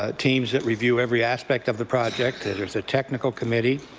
ah teams that review every aspect of the project. there is a technical committee.